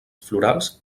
florals